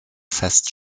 fest